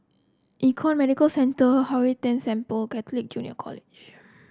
Econ Medicare Centre Hwee San Temple Catholic Junior College